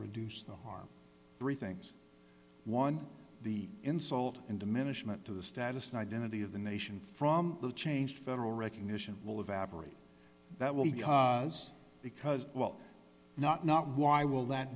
reduce the harm three things one the insult and diminishment to the status and identity of the nation from the change federal recognition will evaporate that will be because well not not why will that